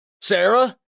Sarah